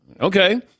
Okay